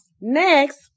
Next